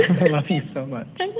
philippine so but